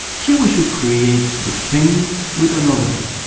here we should create the fin with another loop,